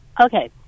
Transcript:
okay